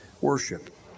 worship